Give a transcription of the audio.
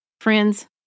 Friends